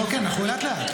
כן, כן, אנחנו לאט לאט.